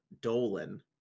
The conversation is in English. Dolan